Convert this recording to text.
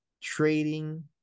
trading